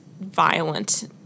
violent